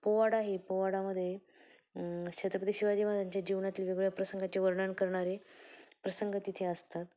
पोवाडा आहे पोवाडामध्ये छत्रपती शिवाजी महाराजांच्या जीवनातील वेगवेगळ्या प्रसंगाचे वर्णन करणारे प्रसंग तिथे असतात